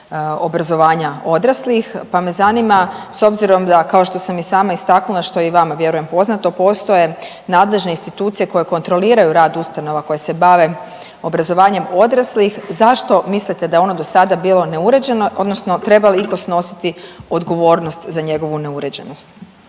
obrazovanja odraslih, pa me zanima s obzirom da kao što sam i sama istaknula što je i vama vjerujem poznato postoje nadležne institucije koje kontroliraju rad ustanova koje se bave obrazovanjem odraslih. Zašto mislite da je ono do sada bilo neuređeno odnosno treba li itko snositi odgovornost za njegovu neuređenost?